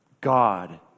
God